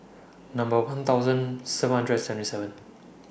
Number one thousand seven hundred and seventy seven